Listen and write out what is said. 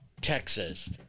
Texas